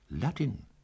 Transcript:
Latin